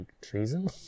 treason